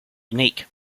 unique